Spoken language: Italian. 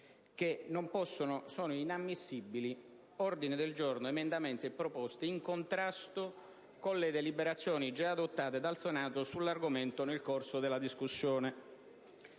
che sono inammissibili ordini del giorno, emendamenti e proposte in contrasto con deliberazioni già adottate dal Senato sull'argomento nel corso della discussione.